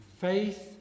faith